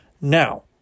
Now